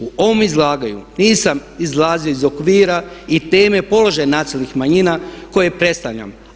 U ovom izlaganju nisam izlazio iz okvira i teme položaj nacionalnih manjina koje predstavljam.